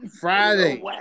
Friday